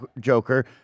Joker